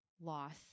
loss